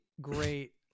great